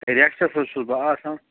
rests حظ چھُس بہٕ آسان